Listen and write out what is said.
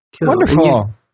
Wonderful